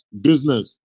business